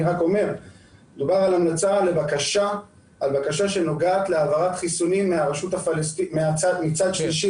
אני אומר שמדובר על המלצה לבקשה שנוגעת להעברת חיסונים מצד שלישי,